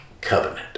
covenant